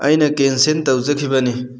ꯑꯩꯅ ꯀꯦꯟꯁꯦꯜ ꯇꯧꯖꯈꯤꯕꯅꯤ